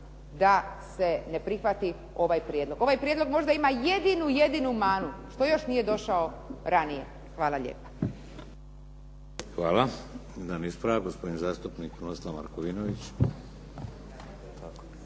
da se ne prihvati ovaj prijedlog. Ovaj prijedlog možda ima jedinu manu, što još nije došao ranije. Hvala lijepa. **Šeks, Vladimir (HDZ)** Hvala. Jedan ispravak, gospodin zastupnik Krunoslav Markovinović.